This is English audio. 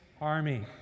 Army